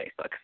Facebook